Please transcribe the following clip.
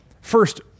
first